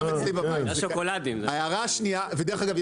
ודרך אגב,